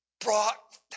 brought